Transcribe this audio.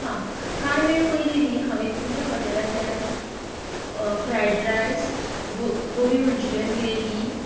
हा कांय वेळ पयलीं न्ही हांवें तुमच्या हॉटेलांतल्यान फ्राय रायस गो गोबी मंच्युरीयन ग्रेवी